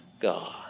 God